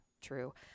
true